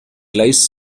lies